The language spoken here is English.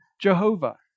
Jehovah